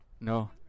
No